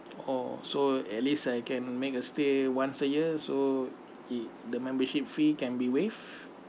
oh so at least I can make a stay once a year so the the membership fee can be waived